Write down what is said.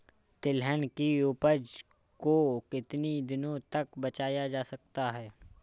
तिलहन की उपज को कितनी दिनों तक बचाया जा सकता है?